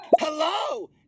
Hello